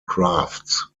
crafts